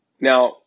Now